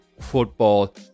football